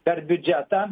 per biudžetą